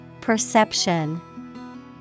Perception